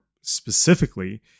specifically